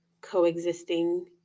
coexisting